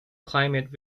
climate